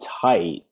tight